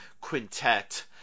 quintet